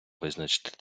визначити